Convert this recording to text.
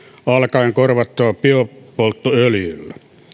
alkaen korvattava biopolttoöljyllä